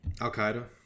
Al-Qaeda